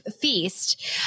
feast